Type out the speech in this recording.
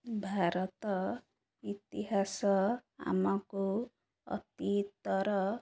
ଭାରତ ଇତିହାସ ଆମକୁ ଅତୀତର